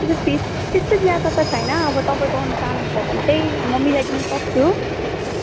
अब फिस त्यस्तो ज्यादा त छैन अब तपाईँ गर्नु चाहनुहुन्छ भने चाहिँ म मिलाइदिनु सक्छु